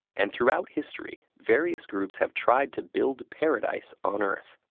and throughout history, various groups have tried to build paradise on earth.